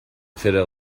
fitter